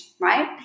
right